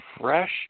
fresh